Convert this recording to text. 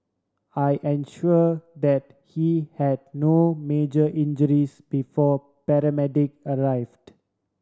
I ensure that he had no major injuries before paramedic arrived